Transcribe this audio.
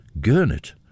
Gurnet